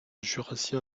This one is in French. jurassien